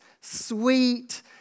sweet